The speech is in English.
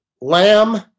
Lamb